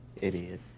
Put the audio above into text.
Idiot